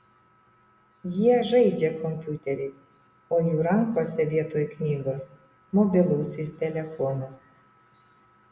jie žaidžia kompiuteriais o jų rankose vietoj knygos mobilusis telefonas